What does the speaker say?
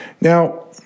Now